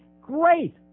great